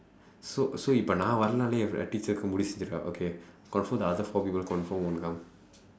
so so இப்ப நான் வரல்லன்னா:ippa naan varallannaa so the teacher will know okay confirm the other four people confirm won't come